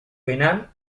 penal